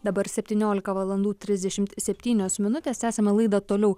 dabar septyniolika valandų trisdešimt septynios minutės tęsiame laidą toliau